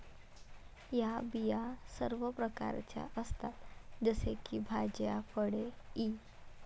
या बिया सर्व प्रकारच्या असतात जसे की भाज्या, फळे इ